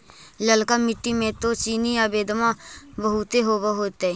ललका मिट्टी मे तो चिनिआबेदमां बहुते होब होतय?